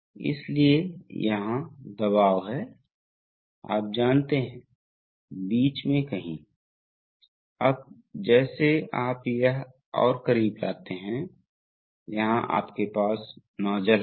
लेकिन इससे कोई फर्क नहीं पड़ता क्योंकि यह साइड चेक वाल्व मुक्त प्रवाह है इसलिए यह इसके माध्यम से जाता है और यह रॉड अंत में प्रवेश करता है